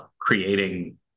creating